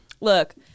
Look